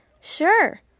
Sure